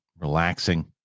relaxing